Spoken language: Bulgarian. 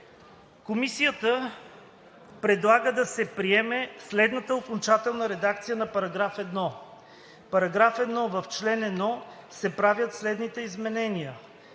Комисията предлага да се приеме следната окончателна редакция на § 1: „§ 1. В чл. 1 се правят следните изменения: